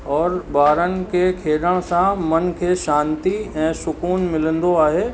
और ॿारनि खे खेॾण सां मन खे शांती ऐं सुकूनु मिलंदो आहे